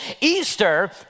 Easter